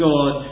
God